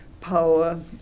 power